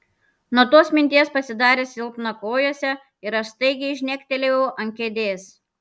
nuo tos minties pasidarė silpna kojose ir aš staigiai žnektelėjau ant kėdės